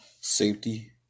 safety